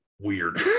weird